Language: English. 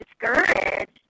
discouraged